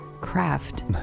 craft